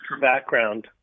background